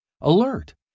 alert